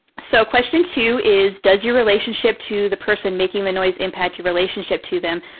so, question two is, does your relationship to the person making the noise impact your relationship to them?